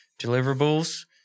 deliverables